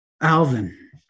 Alvin